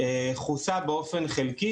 כוסה באופן חלקי,